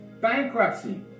Bankruptcy